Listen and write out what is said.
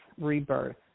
rebirth